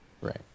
Right